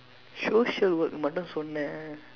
social work மட்டும் சொன்னே:matdum sonnee